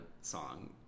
song